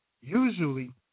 usually